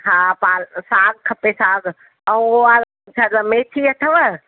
हा पा साॻु खपे साॻु ऐं अ छा चइबो आहे मैथी अथव